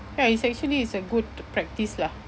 ya it's actually it's a good practice lah